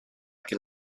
can